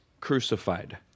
crucified